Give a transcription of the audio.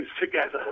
together